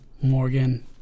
Morgan